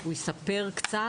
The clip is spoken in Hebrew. הוא יספר קצת.